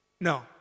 No